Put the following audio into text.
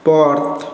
Perth